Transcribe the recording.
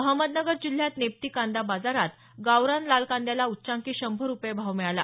अहमदनगर जिल्ह्यात नेप्ती कांदा बाजारात गावरान लाल कांद्याला उच्चांकी शंभर रुपये भाव मिळाला